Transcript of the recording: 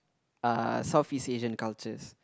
uh Southeast Asian cultures